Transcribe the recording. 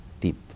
deep